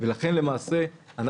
לכן אנחנו נסדיר,